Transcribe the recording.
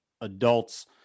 adults